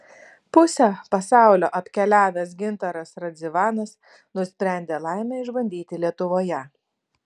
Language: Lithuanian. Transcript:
pusę pasaulio apkeliavęs gintaras radzivanas nusprendė laimę išbandyti lietuvoje